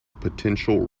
potential